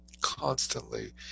Constantly